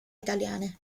italiane